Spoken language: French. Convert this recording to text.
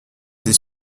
des